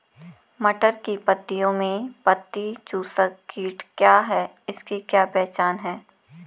मटर की पत्तियों में पत्ती चूसक कीट क्या है इसकी क्या पहचान है?